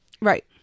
Right